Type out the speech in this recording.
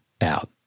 out